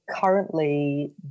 Currently